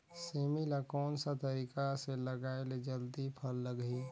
सेमी ला कोन सा तरीका से लगाय ले जल्दी फल लगही?